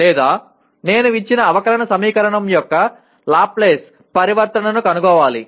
లేదా నేను ఇచ్చిన అవకలన సమీకరణం యొక్క లాప్లేస్ పరివర్తనను కనుగొనాలి